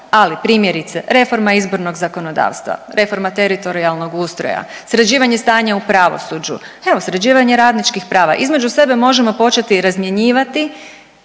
ali, primjerice, reforma izbornog zakonodavstva, reforma teritorijalnog ustroja, sređivanje stanja u pravosuđu, evo, sređivanje radničkih prava. Između sebe možemo početi razmjenjivati